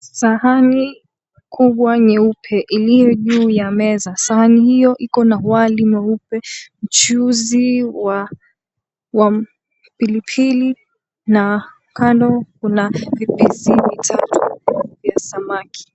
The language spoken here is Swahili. Sahani kubwa nyeupe iliyo ju ya meza iko na wali mweupe mchuzi wa pilipili na kando kuna vipisi vitatu vya samaki.